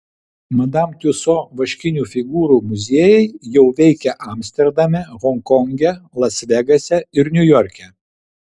madam tiuso vaškinių figūrų muziejai jau veikia amsterdame honkonge las vegase ir niujorke